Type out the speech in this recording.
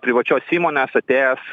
privačios įmonės atėjęs